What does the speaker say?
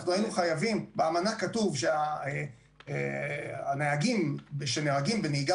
באמנה כתוב שהנהגים שנוהגים בנהיגה